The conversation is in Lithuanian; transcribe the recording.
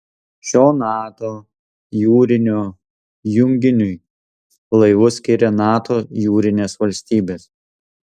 šio nato jūrinio junginiui laivus skiria nato jūrinės valstybės